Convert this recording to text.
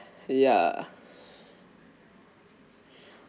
ya